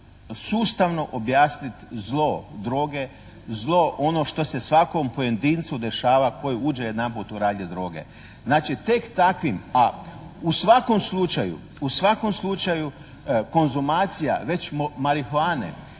sustavno objasniti zlo droge, zlo ono što se svakom pojedincu dešava koji uđe jedanput u ralje droge. Znači tek takvim, a u svakom slučaju konzumacija recimo marihuane